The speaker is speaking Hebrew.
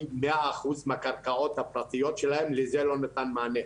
מאה אחוז מהקרקעות הפרטיות שלהן וזה לא ניתן מענה.